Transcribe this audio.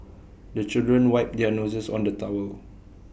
the children wipe their noses on the towel